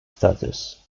status